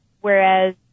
whereas